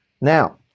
Now